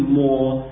more